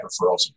referrals